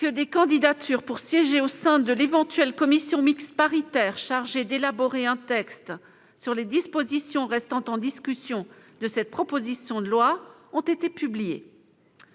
que des candidatures pour siéger au sein de l'éventuelle commission mixte paritaire chargée d'élaborer un texte sur les dispositions restant en discussion de cette proposition de loi ont été publiées.